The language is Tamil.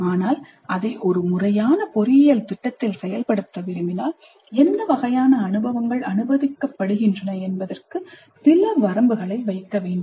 ஆனால் அதை ஒரு முறையான பொறியியல் திட்டத்தில் செயல்படுத்த விரும்பினால் எந்த வகையான அனுபவங்கள் அனுமதிக்கப்படுகின்றன என்பதற்கு சில வரம்புகளை வைக்க வேண்டும்